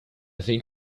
think